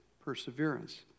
perseverance